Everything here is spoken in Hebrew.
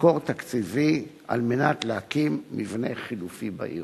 מקור תקציבי על מנת להקים מבנה חלופי בעיר.